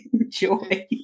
enjoy